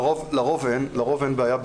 לרוב אין בעיה,